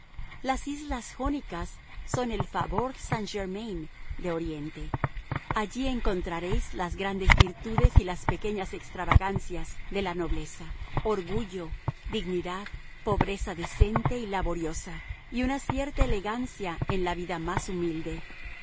las islas jónicas son el faubourg saint-germain de oriente allí encontraréis las grandes virtudes y las pequeñas extravagancias de la nobleza orgullo dignidad pobreza decente y laboriosa y una cierta elegancia en la vida más humilde